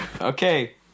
Okay